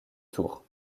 tour